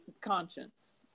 conscience